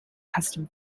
custom